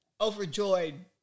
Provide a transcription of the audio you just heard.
overjoyed